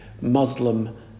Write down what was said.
Muslim